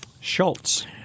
Schultz